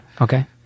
Okay